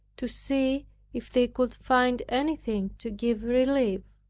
to see if they could find anything to give relief.